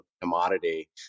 commodity